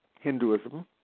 Hinduism